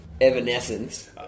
Evanescence